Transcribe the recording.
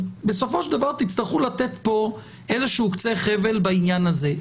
בסופו של דבר תצטרכו לתת פה קצה חבל בעניין הזה.